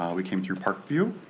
we came through parkview.